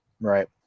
Right